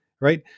right